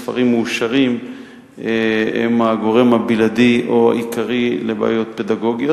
בספרים מאושרים הן הגורם הבלעדי או העיקרי לבעיות הפדגוגיות.